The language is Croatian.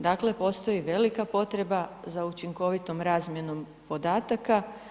Dakle, postoji velika potreba za učinkovitom razmjenom podataka.